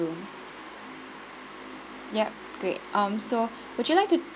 room ya great um so would you like to